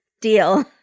deal